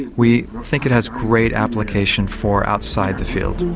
we think it has great application for outside the field.